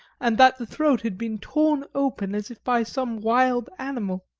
and that the throat had been torn open as if by some wild animal.